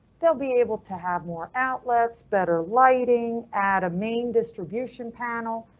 they'll be able to have more outlets, better lighting at a main distribution panel.